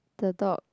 the dog